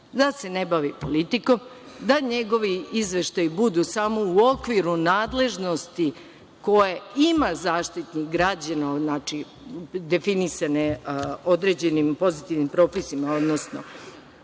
da se ne bavi politikom, da njegovi izveštaji budu samo u okviru nadležnosti koje ima Zaštitnik građana, definisane određenim pozitivnim propisima, odnosno